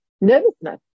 Nervousness